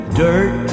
dirt